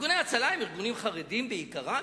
ארגוני ההצלה הם ארגונים חרדיים בעיקרם.